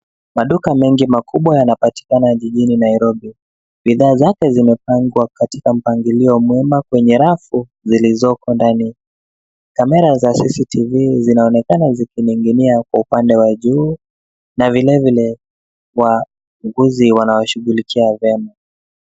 Maduka mengi makubwa yanapatikana jijini Nairobi. Bidhaa zake zimepangwa katika mpangilio mema kwenye rafu zilizoko ndani. Kamera za CCTV zinaonekana zikining'inia kwa upande wa juu na vilevile wauguzi wanaoshughulikia vyema.